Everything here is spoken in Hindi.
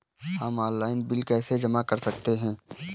हम ऑनलाइन बिल कैसे जमा कर सकते हैं?